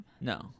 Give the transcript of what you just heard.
No